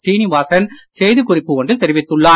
சீனிவாசன் செய்திக் குறிப்பு ஒன்றில் தெரிவித்துள்ளார்